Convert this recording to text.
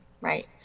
Right